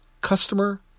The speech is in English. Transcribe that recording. Customer